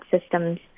system's